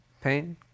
Pain